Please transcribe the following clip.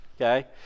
okay